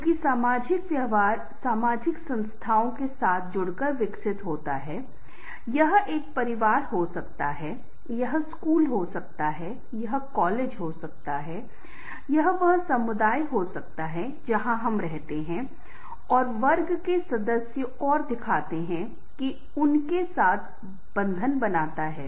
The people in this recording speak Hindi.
क्योंकि सामाजिक व्यवहार सामाजिक संस्थाओं के साथ जुड़कर विकसित होता है यह एक परिवार हो सकता है यह स्कूल हो सकता है यह कॉलेज हो सकता है यह वह समुदाय हो सकता है जहां हम रहते हैं और वर्ग के सदस्य और दिखाते हैं कि उसके साथ बंधन बनाता है